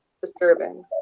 disturbing